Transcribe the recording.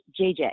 JJ